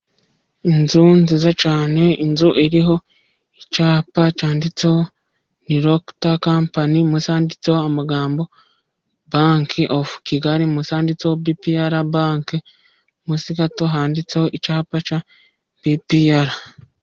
Inzu nziza cyane, inzu iriho icyapa cyannditseho ni rokita kampani. Munsi handitseho amagambo banki ofu kigali, munsi handitseho pipiyara banke, munsi gato handitseho icyapa cya pipiyara.